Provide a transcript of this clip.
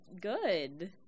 good